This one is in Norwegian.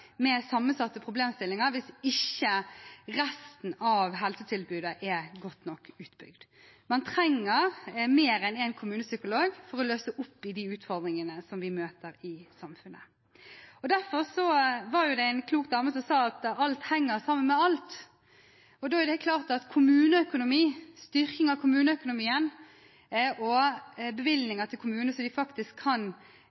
med sammensatte problemstillinger hvis ikke resten av helsetilbudet er godt nok utbygd. Man trenger mer enn en kommunepsykolog for å løse opp i de utfordringene vi møter i samfunnet. Det var en klok dame som sa at alt henger sammen med alt, og da er det klart at styrking av kommuneøkonomien og